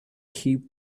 keep